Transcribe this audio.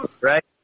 Right